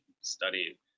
study